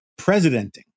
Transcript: presidenting